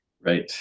Right